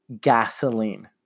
Gasoline